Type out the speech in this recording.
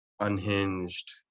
unhinged